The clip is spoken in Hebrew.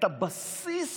הבסיס